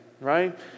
right